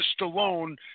Stallone